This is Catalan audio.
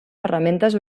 ferramentes